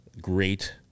great